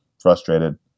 frustrated